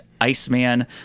Iceman